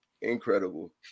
incredible